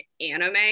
anime